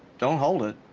don't hold it.